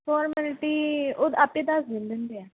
formality ਉਹ ਆਪ ਹੀ ਦੱਸ ਦਿੰਦੇ ਹੁੰਦੇ ਹੈ